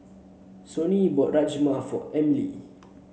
Sonji bought Rajma for Emilie